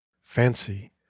fancy